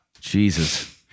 Jesus